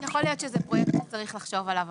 יכול להיות שזה פרויקט שצריך לחשוב עליו,